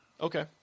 Okay